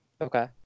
okay